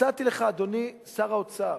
הצעתי לך, אדוני שר האוצר,